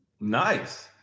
Nice